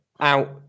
out